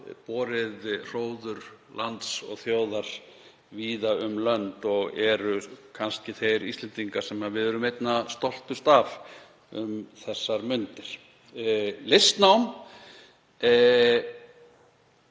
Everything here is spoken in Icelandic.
borið hróður lands og þjóðar víða um lönd og eru kannski þeir Íslendingar sem við erum einna stoltust af um þessar mundir. Listnám,